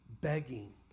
Begging